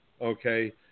okay